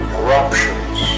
eruptions